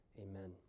Amen